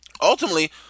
Ultimately